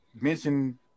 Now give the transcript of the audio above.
mention